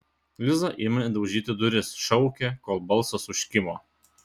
liza ėmė daužyti duris šaukė kol balsas užkimo